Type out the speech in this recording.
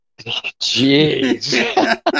Jeez